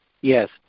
Yes